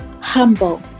humble